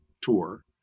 tour